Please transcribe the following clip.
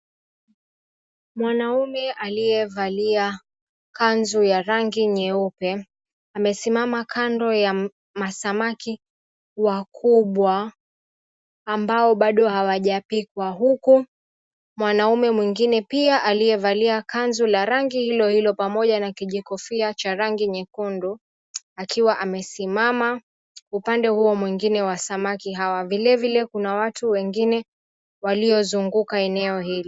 Mwanaume aliyevalia kanzu ya rangi nyeupe amesimama kando ya masamaki wakubwa ambao bado hawajapikwa. Huko mwanaume mwingine pia aliyevalia kanzu la rangi hilo hilo pamoja na kijikofia cha rangi nyekundu akiwa amesimama upande huo mwingine wa samaki hawa. Vile vile kuna watu wengine waliozunguka eneo hili.